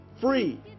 free